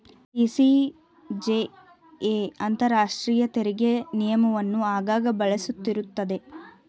TCJA ಅಂತರಾಷ್ಟ್ರೀಯ ತೆರಿಗೆ ನಿಯಮವನ್ನು ಆಗಾಗ ಬದಲಿಸುತ್ತಿರುತ್ತದೆ